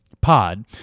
pod